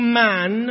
man